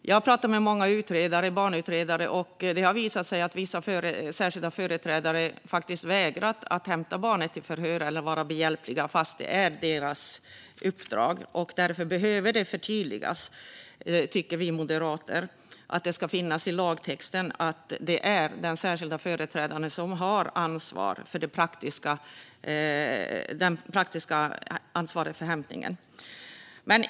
Jag har pratat med många barnutredare, och det har visat sig att vissa särskilda företrädare faktiskt vägrat att hämta barnet till förhör eller vara behjälpliga - trots att det är deras uppdrag. Därför behöver detta förtydligas. Vi moderater tycker att det ska finnas i lagtexten att det är den särskilda företrädaren som har det praktiska ansvaret för hämtningen.